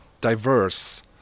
diverse